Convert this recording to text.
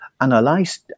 analyze